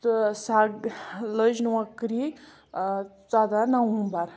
تہٕ سۄ لٔج نوکری ژۄدہ نَوَمبر